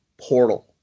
portal